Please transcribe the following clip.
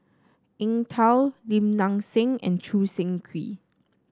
Eng Tow Lim Nang Seng and Choo Seng Quee